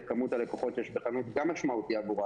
כמות הלקוחות שיש בחנות גם משמעותי עבורה,